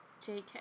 JK